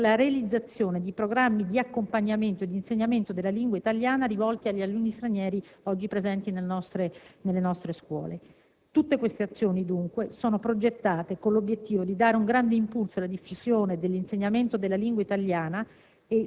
per la realizzazione di programmi di accompagnamento e di insegnamento della lingua italiana rivolti agli alunni stranieri oggi presenti nelle nostre scuole. Tutte queste azioni, dunque, sono progettate con l'obiettivo di dare un grande impulso alla diffusione dell'insegnamento della lingua italiana